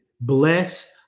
bless